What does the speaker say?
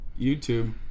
YouTube